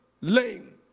lame